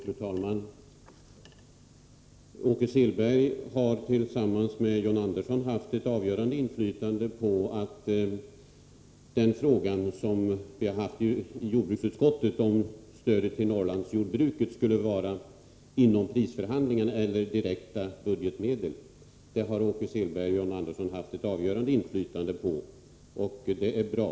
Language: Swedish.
Fru talman! Åke Selberg har tillsammans med John Andersson haft ett avgörande inflytande på den fråga som vi hade uppe i jordbruksutskottet, nämligen om stödet till Norrlandsjordbruket skall regleras inom prisförhandlingarna eller om det skall bli fråga om budgetmedel — och det är bra.